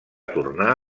tornar